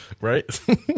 Right